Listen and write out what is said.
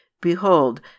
Behold